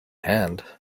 hand